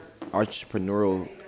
entrepreneurial